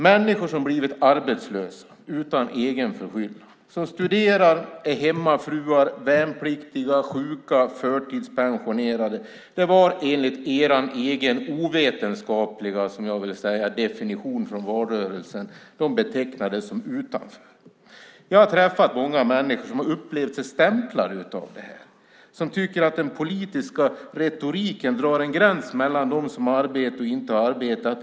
Människor som blivit arbetslösa utan egen förskyllan, som studerar, är hemmafruar, värnpliktiga, sjuka och förtidspensionerade var enligt er egen ovetenskapliga definition från valrörelsen betecknade som utanför. Jag har träffat många människor som upplevt sig som stämplade. De tycker att den politiska retoriken drar en gräns mellan dem som har arbete och dem som inte har arbete.